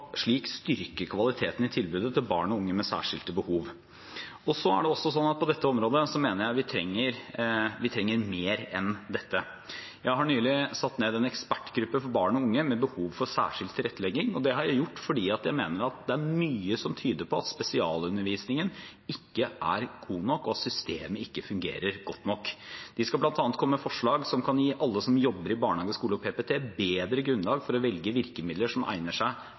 slik styrke kvaliteten i tilbudet til barn og unge med særskilte behov. På dette området mener jeg vi trenger mer enn dette. Jeg har nylig nedsatt en ekspertgruppe for barn og unge med behov for særskilt tilrettelegging, og det har jeg gjort fordi jeg mener at det er mye som tyder på at spesialundervisningen ikke er god nok, og at systemet ikke fungerer godt nok. De skal bl.a. komme med forslag som kan gi alle som jobber i barnehage, skole og PPT, et bedre grunnlag for å velge de virkemidler som egner seg